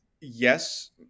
yes